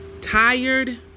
Tired